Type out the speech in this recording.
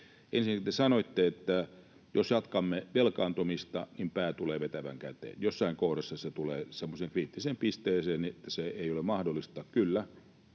Ensinnäkin te sanoitte, että jos jatkamme velkaantumista, niin pää tulee vetävän käteen, jossain kohdassa se tulee semmoiseen kriittiseen pisteeseen, että se ei ole mahdollista. Kyllä,